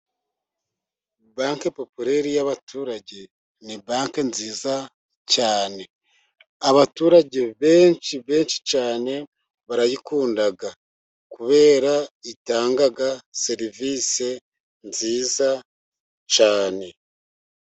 Banke populeli y'abaturage ni banke nziza cyane, abaturage benshi benshi cyane barayikunda kuberako itanga serivisi nziza cyane.